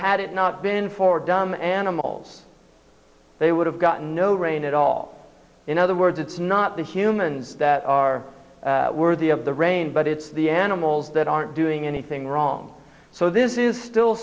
had it not been for dumb animals they would have gotten no rain at all in other words it's not the humans that are worthy of the rain but it's the animals that aren't doing anything wrong so this is still